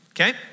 Okay